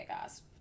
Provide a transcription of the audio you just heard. guys